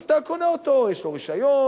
אז יש לו רשיון,